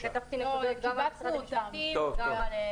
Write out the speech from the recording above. יש לי המון מה להגיד כי כתבתי נקודות גם למשרד המשפטים וגם לדליה.